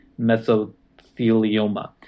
mesothelioma